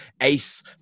Ace